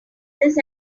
this